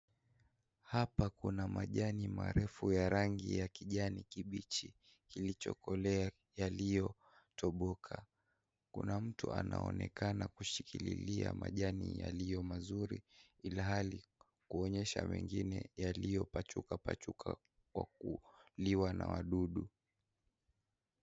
Hapa kuna majani marefu ya rangi ya kijani kibichi kilichokolea yaliyo toboka . Kuna mtu anaonekana kushikililika majani yaliyo mazuri ilhali kuonyesha mengine yaliyo pachuka pachuka kwa kuliwa na wadudu.